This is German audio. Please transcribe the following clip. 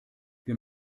wir